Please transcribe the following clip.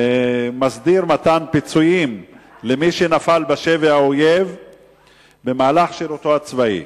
מסדיר מתן פיצויים למי שנפל בשבי האויב במהלך שירותו הצבאי,